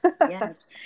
Yes